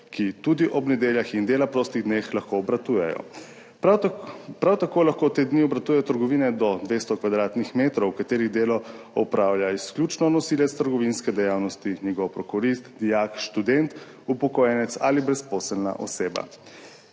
ki tudi ob nedeljah in dela prostih dneh lahko obratujejo. Prav tako lahko te dni obratujejo trgovine do 200 kvadratnih metrov, v katerih delo opravlja izključno nosilec trgovinske dejavnosti, njegov prokurist, dijak, študent, upokojenec ali brezposelna oseba.